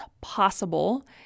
possible